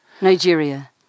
Nigeria